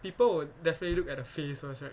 people will definitely look at the face first right